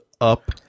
up